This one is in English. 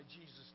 Jesus